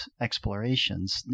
explorations